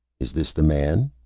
is this the man?